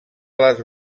les